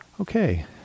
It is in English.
Okay